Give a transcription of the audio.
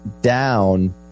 down